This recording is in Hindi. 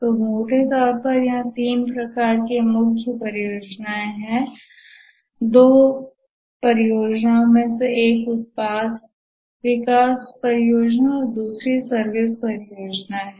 तो मोटे तौर पर यहाँ तीन मुख्य प्रकार की परियोजनाएँ हैं दो परियोजनाओं में से एक उत्पाद विकास परियोजनाओं और दूसरी सर्विस परियोजना है